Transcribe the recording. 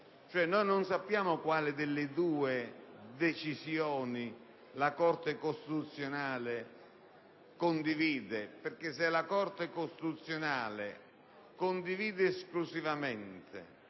noi non sappiamo quale delle due decisioni la Corte costituzionale condivide. Se la Corte costituzionale condividesse esclusivamente